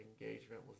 engagement